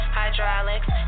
hydraulics